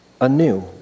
anew